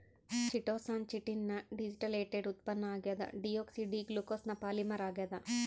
chitosan chitin ನ deacetylated ಉತ್ಪನ್ನ ಆಗ್ಯದ ಡಿಯೋಕ್ಸಿ ಡಿ ಗ್ಲೂಕೋಸ್ನ ಪಾಲಿಮರ್ ಆಗ್ಯಾದ